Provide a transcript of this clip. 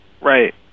Right